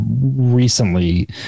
recently